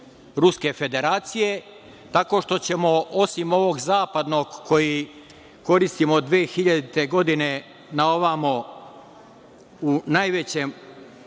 tako što ćemo osim ovog zapadnog koji koristimo od 2000. godine na ovamo u najvećem